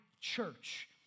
church